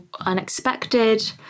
unexpected